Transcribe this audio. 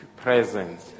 presence